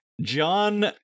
John